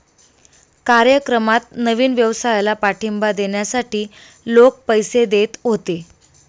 कार्यक्रमात नवीन व्यवसायाला पाठिंबा देण्यासाठी लोक पैसे देत होते